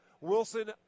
wilson